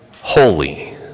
holy